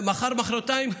מחר ומוחרתיים,